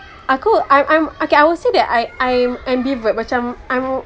aku I'm I'm okay I won't say that I'm I'm ambivert macam I'm